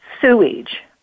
sewage